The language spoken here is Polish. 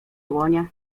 dłonie